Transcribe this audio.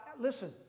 listen